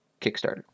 Kickstarter